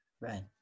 Right